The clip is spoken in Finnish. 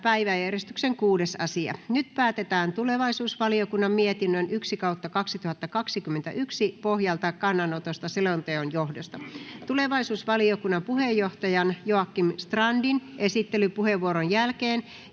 päiväjärjestyksen 6. asia. Nyt päätetään tulevaisuusvaliokunnan mietinnön TuVM 1/2021 vp pohjalta kannanotosta selonteon johdosta. Tulevaisuusvaliokunnan puheenjohtajan Joakim Strandin esittelypuheenvuoron jälkeen